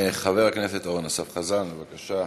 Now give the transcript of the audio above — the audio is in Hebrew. חבר הכנסת אורן אסף חזן, בבקשה,